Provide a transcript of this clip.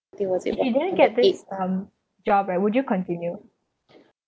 if you didn't get this um job right would you continue